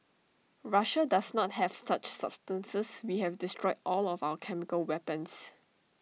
Russia does not have such substances we have destroyed all of our chemical weapons